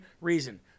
reason